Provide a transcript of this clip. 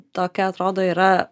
tokia atrodo yra